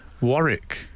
Warwick